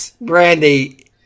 Brandy